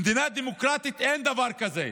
במדינה דמוקרטית אין דבר כזה.